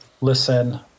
listen